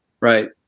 Right